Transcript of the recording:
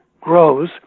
grows